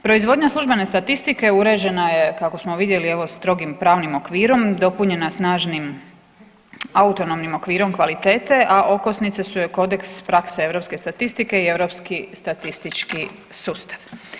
Proizvodnja službene statistike uređena je kako smo vidjeli evo strogim pravnim okvirom, dopunjena snažnim autonomnim okvirom kvalitete, a okosnice su joj kodeks prakse europske statistike i europski statistički sustav.